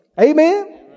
amen